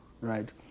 right